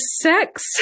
sex